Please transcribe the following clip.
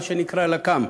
מה שנקרא לק"מ,